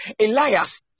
Elias